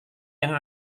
yang